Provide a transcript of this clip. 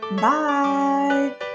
Bye